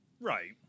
Right